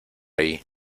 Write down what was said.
allí